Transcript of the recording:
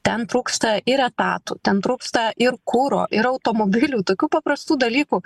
ten trūksta ir etatų ten trūksta ir kuro ir automobilių tokių paprastų dalykų